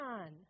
on